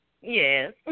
Yes